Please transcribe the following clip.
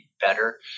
better